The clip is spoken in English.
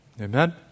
Amen